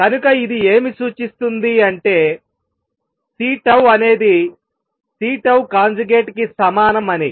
కనుక ఇది ఏమి సూచిస్తుంది అంటే Cఅనేది C కి సమానం అని